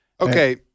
Okay